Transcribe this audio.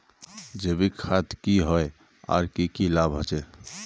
जैविक खाद की होय आर की की लाभ होचे?